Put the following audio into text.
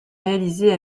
réalisées